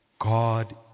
God